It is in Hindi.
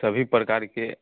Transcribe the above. सभी प्रकार के